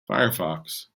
firefox